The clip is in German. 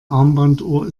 armbanduhr